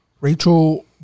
Rachel